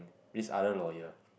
is other lawyer